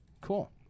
cool